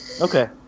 Okay